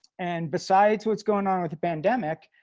and besides what's going on with the pandemic,